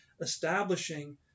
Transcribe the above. establishing